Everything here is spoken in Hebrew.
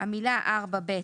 המילה "4ב"